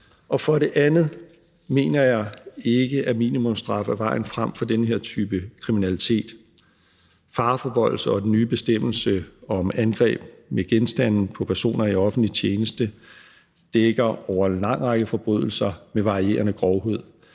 Og for det andet mener jeg ikke, at minimumsstraffe er vejen frem for den her type kriminalitet. Fareforvoldelse og den nye bestemmelse om angreb med genstande på personer i offentlig tjeneste dækker over en lang række forbrydelser med varierende grovhed.